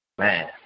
Man